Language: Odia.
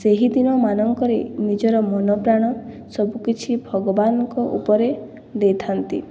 ସେହିଦିନ ମାନଙ୍କରେ ନିଜର ମନ ପ୍ରାଣ ସବୁକିଛି ଭଗବାନଙ୍କ ଉପରେ ଦେଇଥାନ୍ତି